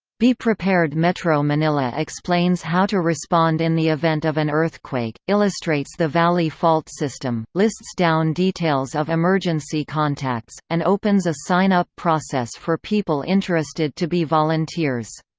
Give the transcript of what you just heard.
be prepared metro manila explains how to respond in the event of an earthquake, illustrates the valley fault system, lists down details of emergency contacts, and opens a sign-up process for people interested to be volunteers.